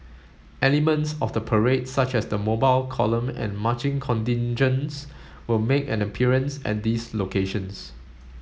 elements of the parade such as the mobile column and marching contingents will make an appearance at these locations